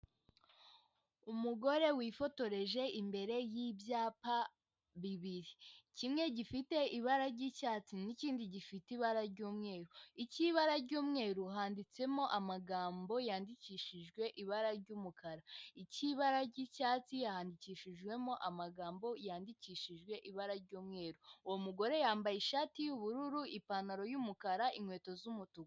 Umugore wifotoreje imbere y'ibyapa bibiri, kimwe gifite ibara ry'icyatsi n'ikindi gifite ibara ry'umweru. Icy'ibara ry'umweru handitsemo amagambo yandikishijwe ibara ry'umukara, icy'ibara ry'icyatsi handikishijwemo amagambo yandikishijwe ibara ry'umweru. Uwo mugore yambaye ishati y'ubururu, ipantaro y'umukara, inkweto z'umutuku.